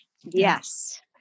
Yes